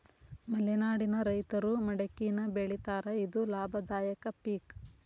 ಮಲೆನಾಡಿನ ರೈತರು ಮಡಕಿನಾ ಬೆಳಿತಾರ ಇದು ಲಾಭದಾಯಕ ಪಿಕ್